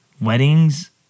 Weddings